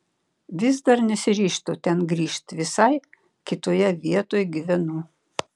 vis dar nesiryžtu ten grįžt visai kitoje vietoj gyvenu